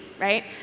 right